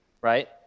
right